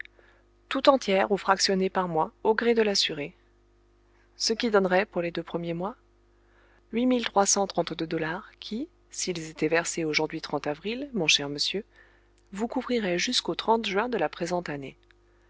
tout entière ou fractionnée par mois au gré de l'assuré ce qui donnerait pour les deux premiers mois huit mille trois cent trente deux dollars qui s'ils étaient versés aujourd'hui avril mon cher monsieur vous couvriraient jusqu'au juin de la présente année